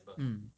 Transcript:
mm